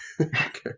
Okay